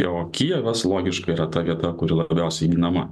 o kijevas logiška yra ta vieta kuri labiausiai ginama